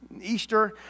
Easter